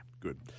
good